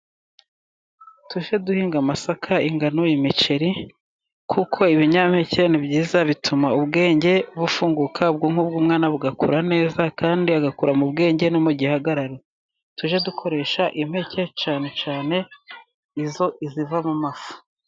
Tujye duhinga w'amasaka, ingano, imiceri kuko ibinyampeke ni byiza bituma ubwenge bufunguka, ubwonko bw'umwana bugakura neza. Kandi agakura mu bwenge no mu gihagararo tujye dukoresha impeke cyane cyane izo iziva mu mafu.